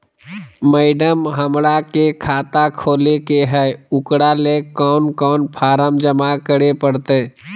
Madam, हमरा के खाता खोले के है उकरा ले कौन कौन फारम जमा करे परते?